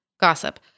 Gossip